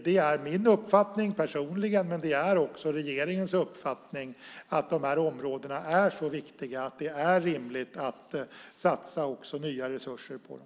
Det är min uppfattning personligen, men det är också regeringens uppfattning, att de här områdena är så viktiga att det är rimligt att satsa också nya resurser på dem.